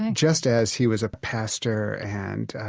ah just as he was a pastor and,